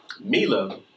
Mila